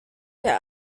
der